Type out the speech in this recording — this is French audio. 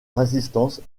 résistance